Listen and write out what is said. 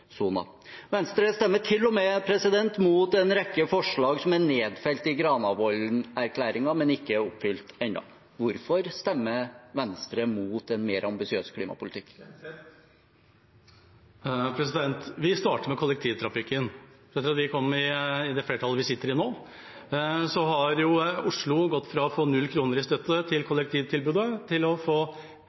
Venstre stemmer til og med mot en rekke forslag som er nedfelt i Granavolden-erklæringen, men ikke er oppfylt ennå. Hvorfor stemmer Venstre mot en mer ambisiøs klimapolitikk, Kjenseth? Vi starter med kollektivtrafikken: Etter at vi kom i det flertallet vi sitter i nå, har Oslo gått fra å få null kroner i støtte til kollektivtilbudet til å få